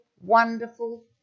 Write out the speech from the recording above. wonderful